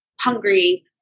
hungry